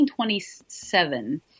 1927